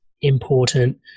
important